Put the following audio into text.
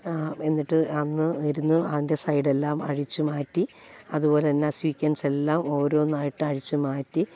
എന്നിട്ട് അന്ന് ഇരുന്ന് അതിൻ്റെ സൈഡെല്ലാം അഴിച്ചു മാറ്റി അതുപോലെ തന്നെ സീക്ക്വൻസെല്ലാം ഓരോന്നായിട്ട് അഴിച്ചുമാറ്റി